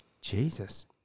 Jesus